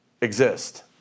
exist